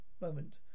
Moment